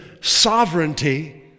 sovereignty